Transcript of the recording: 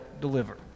deliver